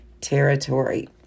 territory